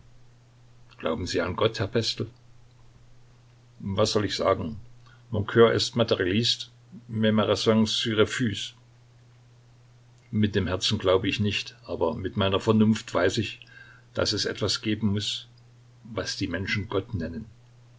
glauben sie an gott herr pestel was soll ich sagen mon coeur est matrialiste mais ma raison s'y refuse mit dem herzen glaube ich nicht aber mit meiner vernunft weiß ich daß es etwas geben muß was die menschen gott nennen